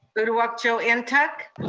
uduak-joe and ntuk.